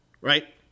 right